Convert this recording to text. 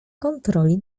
kontroli